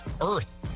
Earth